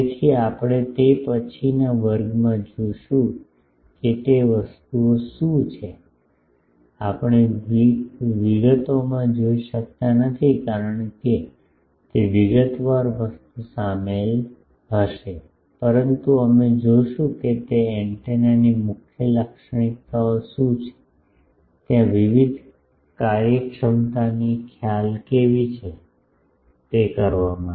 તેથી આપણે તે પછીના વર્ગમાં જોઈશું કે તે વસ્તુઓ શું છે અમે વિગતોમાં જોઈ શકતા નથી કારણ કે તે વિગતવાર વસ્તુ શામેલ છે પરંતુ અમે જોશું કે તે એન્ટેનાની મુખ્ય લાક્ષણિકતાઓ શું છે ત્યાં વિવિધ કાર્યક્ષમતાની ખ્યાલ કેવી છે તે કરવા માટે